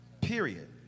period